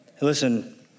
Listen